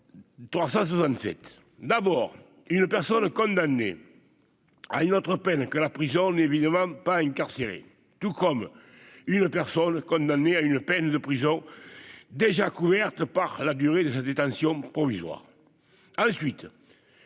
d'abord, une personne condamnée à une autre peine que la prison n'est évidemment pas incarcéré tout comme une personne condamnée à une peine de prison déjà couverte par la durée de sa détention provisoire